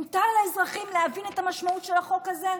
מותר לאזרחים להבין את המשמעות של החוק הזה?